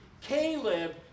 Caleb